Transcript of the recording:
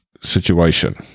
situation